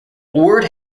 ord